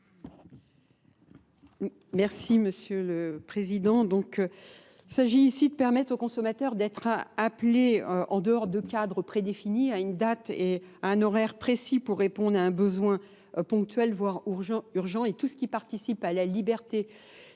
Merci Monsieur le Président. Il s'agit ici de permettre aux consommateurs d'être appelés en dehors de cadre prédéfini à une date et à un horaire précis pour répondre à un besoin ponctuel voire urgent et tout ce qui participe à la liberté.